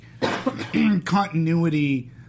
continuity